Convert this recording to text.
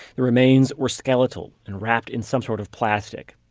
the remains were skeletal and wrapped in some sort of plastic.